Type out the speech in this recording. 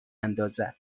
اندازد